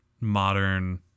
modern